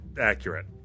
accurate